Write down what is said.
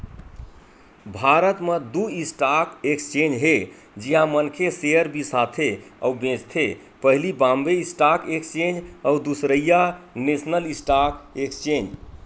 भारत म दू stock exchange हे जिहाँ मनखे सेयर बिसाथे अउ बेंचथे पहिली बॉम्बे स्टॉक एक्सचेंज अउ दूसरइया नेसनल स्टॉक एक्सचेंज